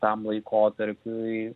tam laikotarpiui